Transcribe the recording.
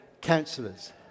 councillors